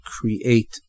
create